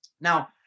Now